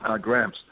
grams